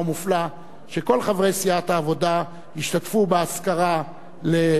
שכל חברי סיעת העבודה השתתפו באזכרה לזאב ז'בוטינסקי.